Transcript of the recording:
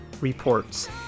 reports